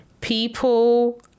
people